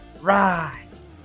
Rise